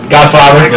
Godfather